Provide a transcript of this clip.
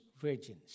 virgins